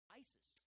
isis